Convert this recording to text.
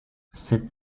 cette